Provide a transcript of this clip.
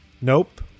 Nope